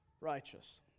righteous